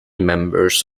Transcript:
members